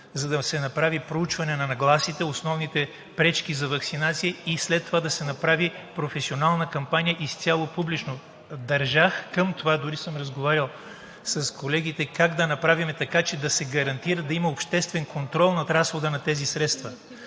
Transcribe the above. за да се направи проучване на нагласите, основните пречки за ваксинации и след това да се направи професионална кампания изцяло публично. Държах на това, дори съм разговарял с колегите как да направим така, че да се гарантира да има обществен контрол над разхода на тези средства.